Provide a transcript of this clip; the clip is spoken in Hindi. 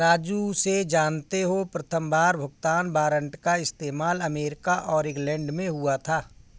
राजू से जानते हो प्रथमबार भुगतान वारंट का इस्तेमाल अमेरिका और इंग्लैंड में हुआ था